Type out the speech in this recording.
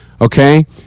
okay